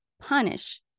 punish